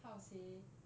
how to say